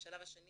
בשלב שני